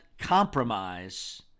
compromise